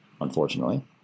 unfortunately